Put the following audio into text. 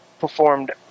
performed